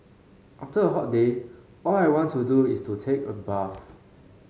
after a hot day all I want to do is to take a bath